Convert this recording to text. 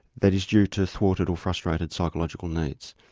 that is due to thwarted or frustrated psychological needs.